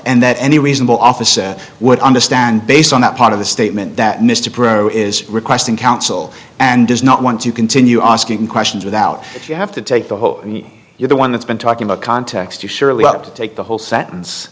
and that any reasonable officer would understand based on that part of the statement that mr pro is requesting counsel and does not want to continue asking questions without you have to take the whole thing you're the one that's been talking about context you surely up to take the whole sentence